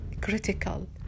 critical